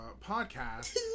podcast